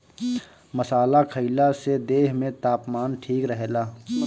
मसाला खईला से देह में तापमान ठीक रहेला